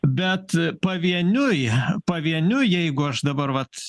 bet pavieniui pavieniui jeigu aš dabar vat